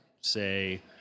say